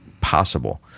possible